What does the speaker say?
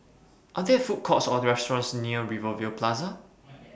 Are There Food Courts Or restaurants near Rivervale Plaza